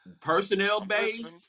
personnel-based